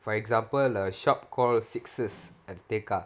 for example a shop called sixes at tekka